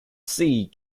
sea